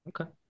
Okay